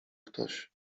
ktoś